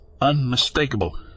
unmistakable